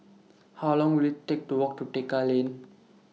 How Long Will IT Take to Walk to Tekka Lane